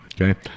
Okay